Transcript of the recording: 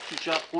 רק 6%